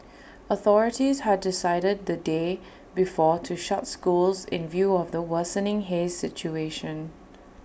authorities had decided the day before to shut schools in view of the worsening haze situation